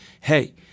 hey